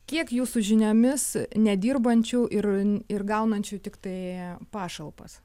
kiek jūsų žiniomis nedirbančių ir ir gaunančių tiktai pašalpas